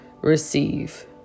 receive